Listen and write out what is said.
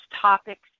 topics